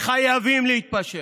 חייבים להתפשר.